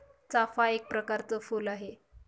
चाफा एक प्रकरच फुल आहे